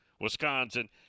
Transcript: Wisconsin